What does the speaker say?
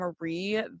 Marie